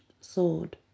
sword